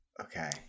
Okay